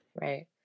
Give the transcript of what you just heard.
Right